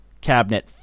cabinet